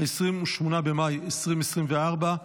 28 במאי 2024,